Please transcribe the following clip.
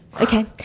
Okay